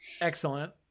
excellent